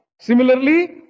Similarly